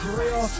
real